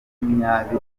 makumyabiri